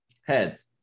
Heads